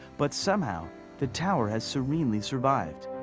but somehow the tower has serenely survived.